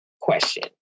question